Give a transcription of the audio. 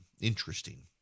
Interesting